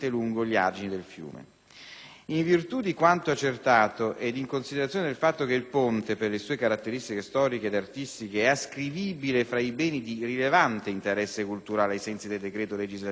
In virtù di quanto accertato ed in considerazione del fatto che il ponte, per le sue caratteristiche storiche ed artistiche, è ascrivibile fra i beni di rilevante interesse culturale ai sensi del decreto legislativo n. 42